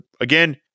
again